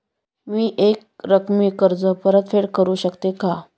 मी एकरकमी कर्ज परतफेड करू शकते का?